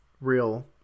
real